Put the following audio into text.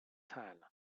ten